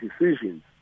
decisions